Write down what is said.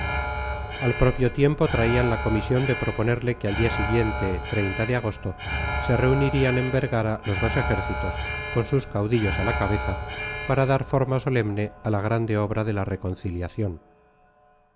al propio tiempo traían la comisión de proponerle que al día siguiente de agosto se reunirían en vergara los dos ejércitos con sus caudillos a la cabeza para dar forma solemne a la grande obra de la reconciliación